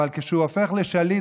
אבל כשהוא הופך לשליט,